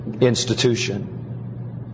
institution